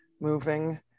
moving